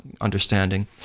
understanding